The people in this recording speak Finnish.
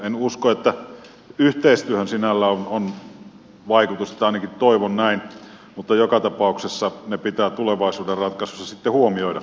en usko että yhteistyöhön sinällään on vaikutusta tai ainakin toivon näin mutta joka tapauksessa ne pitää tulevaisuuden ratkaisuissa sitten huomioida